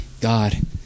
God